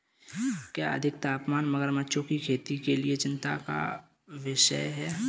क्या अधिक तापमान मगरमच्छों की खेती के लिए चिंता का विषय है?